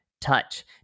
touch